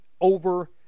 over